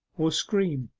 or scream,